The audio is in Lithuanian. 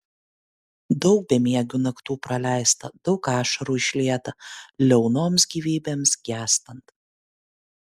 daug bemiegių naktų praleista daug ašarų išlieta liaunoms gyvybėms gęstant